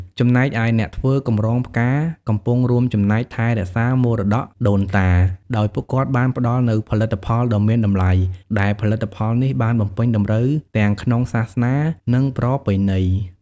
ចំណែកឯ អ្នកធ្វើកម្រងផ្កាកំពុងរួមចំណែកថែរក្សាមរតកដូនតា ដោយពួកគាត់បានផ្ដល់នូវផលិតផលដ៏មានតម្លៃ ដែលផលិតផលនេះបានបំពេញតម្រូវទាំងក្នុងសាសនា និងប្រពៃណី។